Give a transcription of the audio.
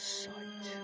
sight